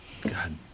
God